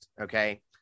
Okay